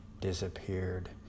disappeared